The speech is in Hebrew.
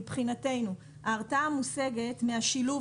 מבחינתנו ההרתעה המושגת מהשילוב,